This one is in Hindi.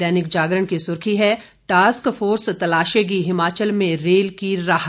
दैनिक जागरण की सुर्खी है टास्क फोर्स तलाशेगी हिमाचल में रेल की राह